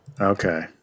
Okay